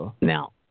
Now